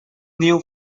new